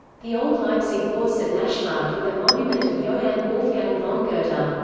the old leipzig bourse at naschmarkt with a monument of johann wolfgang von goethe. but